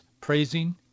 Praising